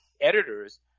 editors